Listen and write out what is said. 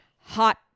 hot